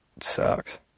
sucks